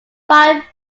five